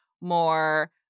more